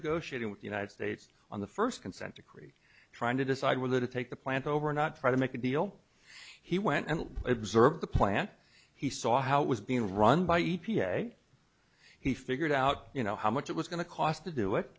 negotiating with the united states on the first consent decree trying to decide whether to take the plant over or not try to make a deal he went and observed the plant he saw how it was being run by e p a he figured out you know how much it was going to cost to do it